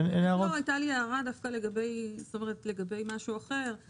היתה לי הערה דווקא לגבי משהו אחר,